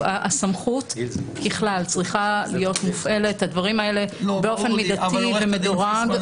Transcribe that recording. הסמכות ככלל צריכה להיות מופעלת בדברים האלה באופן מידתי ומדורג.